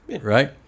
right